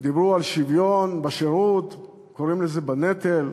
דיברו על שוויון בשירות, קוראים לזה "נטל".